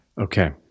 okay